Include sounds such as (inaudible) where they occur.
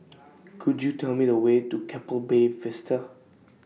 (noise) Could YOU Tell Me The Way to Keppel Bay Vista